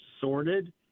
sorted